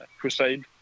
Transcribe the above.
crusade